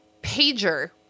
pager